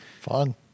Fun